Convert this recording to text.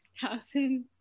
thousands